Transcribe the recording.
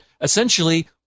essentially